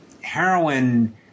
heroin